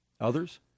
Others